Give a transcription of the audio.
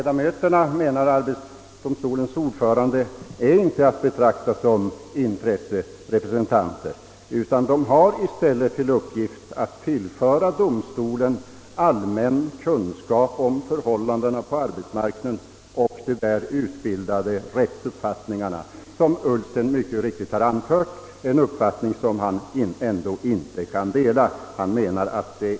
Han menar att lekmannaledamöterna inte är att betrakta som intresserepresentanter, utan de har till uppgift att tillföra domstolen allmän kunskap om förhållandena på arbetsmarknaden och om där gällande rättsuppfattning. Herr Ullsten vitsordade detta förhållande men framhöll att han ändå inte kunde dela dessa synpunkter.